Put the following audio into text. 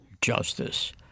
justice